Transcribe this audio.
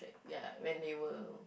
ya when they will